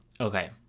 Okay